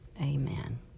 Amen